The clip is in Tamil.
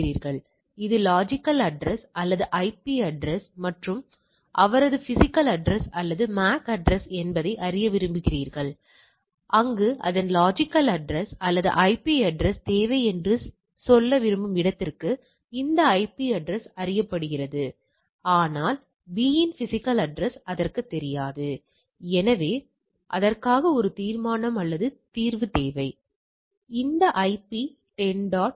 நீங்கள் அறிந்தபடி தொழிற்சாலைகளில் இது மிகவும் பொதுவானது தொழிற்சாலைகளில் காலை பணி நேரத்திற்கு வரும் நபர்கள் காலை 8 முதல் மாலை 4 வரை என்று சொல்லலாம் பின்னர் இரண்டாவது பணி நேரம் இருக்கும் இது மாலை 4 மணி முதல் இரவு நள்ளிரவு 12 மணி வரை இருக்கலாம் பின்னர் மூன்றாவது பணி நேரம் இருக்கக்கூடும் அது நள்ளிரவு 12 மணி முதல் காலை 8 மணி வரை இருக்கலாம்